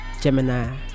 Gemini